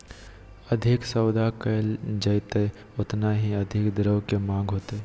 अधिक सौदा कइल जयतय ओतना ही अधिक द्रव्य के माँग होतय